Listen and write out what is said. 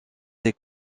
des